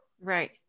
Right